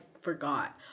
forgot